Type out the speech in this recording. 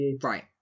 Right